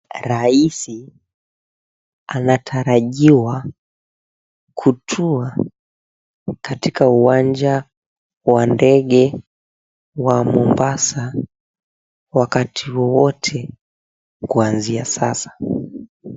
Rais anatarajiwa kutua katika uwanja wa ndege wa Mombasa wakati wowote kuanzia sasa.